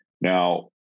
Now